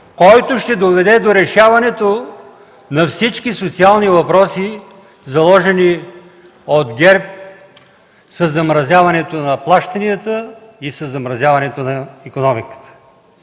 който ще доведе до решаването на всички социални въпроси, заложени от ГЕРБ със замразяването на плащанията и със замразяването на икономиката.